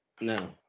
No